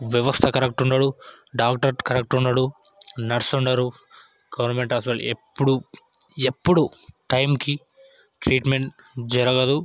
వ్యవస్థ కరెక్ట్ ఉండరు doctor correct ఉండడు నర్స్ ఉండరు గవర్నమెంట్ హాస్పిటల్ ఎప్పుడూ ఎప్పుడూ టైంకి ట్రీట్మెంట్ జరగదు